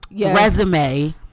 resume